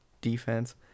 defense